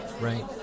Right